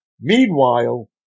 Meanwhile